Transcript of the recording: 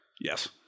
Yes